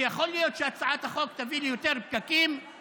שיכול להיות שהצעת החוק תביא ליותר פקקים,